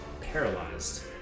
Paralyzed